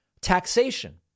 Taxation